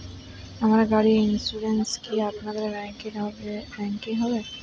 আমার গাড়ির ইন্সুরেন্স কি আপনাদের ব্যাংক এ হবে?